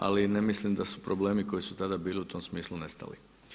Ali ne mislim da su problemi koji su tada bili u tom smislu nestali.